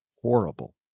horrible